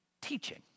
teaching